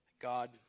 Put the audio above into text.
God